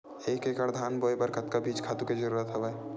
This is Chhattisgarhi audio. एक एकड़ धान बोय बर कतका बीज खातु के जरूरत हवय?